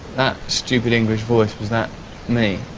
that stupid english voice. was that me